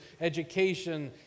education